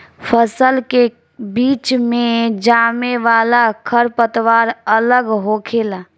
फसल के बीच मे जामे वाला खर पतवार अलग होखेला